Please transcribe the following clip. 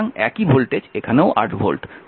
সুতরাং একই ভোল্টেজ এখানেও 8 ভোল্ট